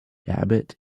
abbott